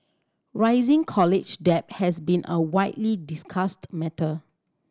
rising college debt has been a widely discussed matter